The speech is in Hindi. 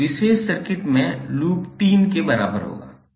उस विशेष सर्किट में लूप 3 के बराबर होगा